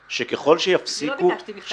שככל שיפסיקו --- אני לא ביקשתי מכתב.